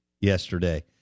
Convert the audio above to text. yesterday